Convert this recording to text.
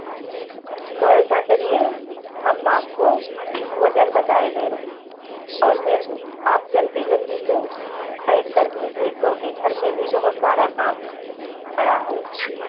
तो ऐसा करिए हम आपको वजन बताए दे रहें और मेरे आप जल्दी जल्दी से पैक कर दीजिए क्योंकि घर में भी बहुत सारा काम पड़ा है